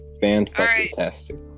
fantastic